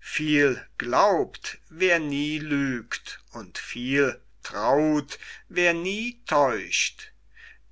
viel glaubt wer nie lügt und viel traut wer nie täuscht